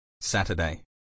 Saturday